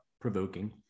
provoking